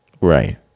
Right